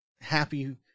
happy